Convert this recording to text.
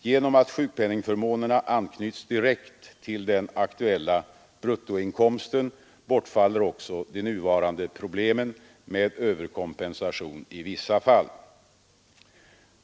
Genom att sjukpenningförmånerna anknyts direkt till den aktuella bruttoinkomsten bortfaller också de nuvarande problemen med överkompensation i vissa fall.